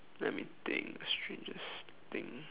let me think strangest thing